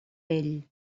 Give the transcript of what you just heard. vell